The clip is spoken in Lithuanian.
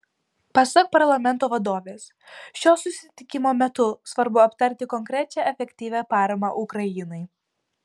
pasak parlamento vadovės šio susitikimo metu svarbu aptarti konkrečią efektyvią paramą ukrainai